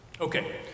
Okay